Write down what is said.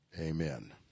amen